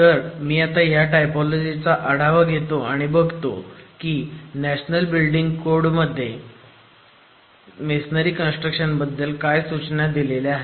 तर मी आता ह्या टायपोलोजीचा आढावा घेतो आणि बघतो की नॅशनल बिल्डिंग कोड मध्ये मेसोनरी कन्स्ट्रक्शन बद्दल काय सूचना दिल्या आहेत